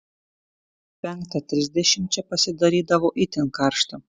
penktą trisdešimt čia pasidarydavo itin karšta